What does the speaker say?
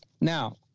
Now